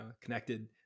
connected